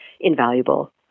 invaluable